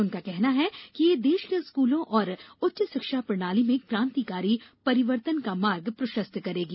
उनका कहना है कि यह देश के स्कूलों और उच्च शिक्षा प्रणाली में क्रांतिकारी परिवर्तन का मार्ग प्रशस्त करेगी